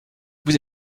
vous